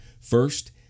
First